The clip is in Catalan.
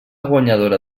guanyadora